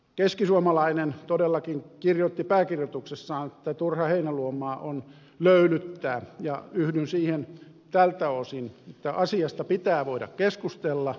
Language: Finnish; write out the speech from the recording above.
keskisuomalainen todellakin kirjoitti pääkirjoituksessaan että turha heinäluomaa on löylyttää ja yhdyn siihen tältä osin että asiasta pitää voida keskustella